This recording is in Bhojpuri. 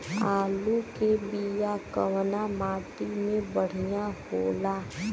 आलू के बिया कवना माटी मे बढ़ियां होला?